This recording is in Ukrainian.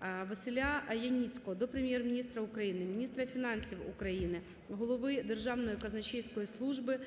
Василя Яніцького до Прем'єр-міністра України, міністра фінансів України, Голови Державної казначейської служби